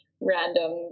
random